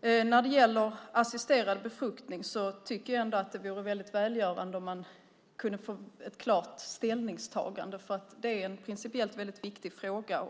När det gäller assisterad befruktning tycker jag att det vore väldigt välgörande om man kunde få ett klart ställningstagande. Det är nämligen en principiellt väldigt viktig fråga.